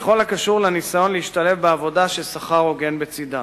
בכל הקשור לניסיון להשתלב בעבודה ששכר הוגן בצדה.